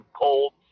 cold